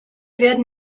werden